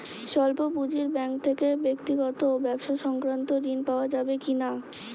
স্বল্প পুঁজির ব্যাঙ্ক থেকে ব্যক্তিগত ও ব্যবসা সংক্রান্ত ঋণ পাওয়া যাবে কিনা?